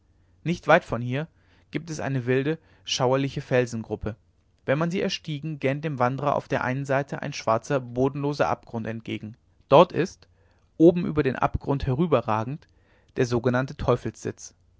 nicht weit von hier gibt es eine wilde schauerliche felsengruppe wenn man sie erstiegen gähnt dem wandrer auf der einen seite ein schwarzer bodenloser abgrund entgegen dort ist oben über den abgrund herüberragend der sogenannte